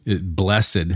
blessed